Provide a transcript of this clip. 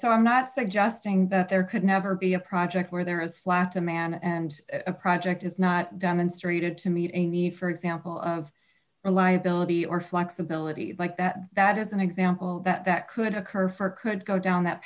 so i'm not suggesting that there could never be a project where there is flatten man and a project is not demonstrated to meet a need for example of reliability or flexibility like that that is an example that could occur for could go down that